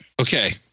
Okay